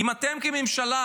אם אתם כממשלה,